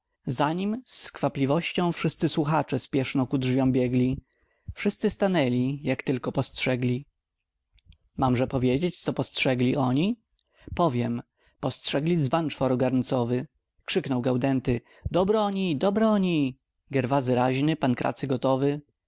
za nim z skwapliwością wszyscy słuchacze śpieszno ku drzwiom biegli wszyscy stanęli jak tylko postrzegli mamże powiedzieć co postrzegli oni powiem postrzegli dzban czworogarncowy krzyknął gaudenty do broni do broni gerwazy raźny pankracy gotowy